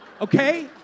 okay